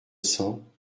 cents